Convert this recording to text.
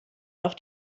auf